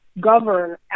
govern